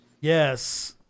Yes